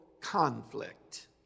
conflict